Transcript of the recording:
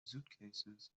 suitcases